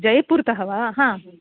जयपुरतः वा हा